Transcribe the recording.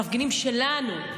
מפגינים שלנו,